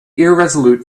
irresolute